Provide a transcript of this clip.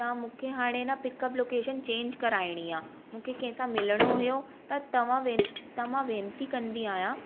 त मूंखे हाणे ना पिकअप लोकेशन चेंज कराइणी आहे मूंखे कंहिंसां मिलणो हुओ त तव्हां त मां वेनिती कंदी आहियां